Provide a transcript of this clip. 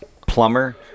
plumber